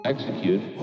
Execute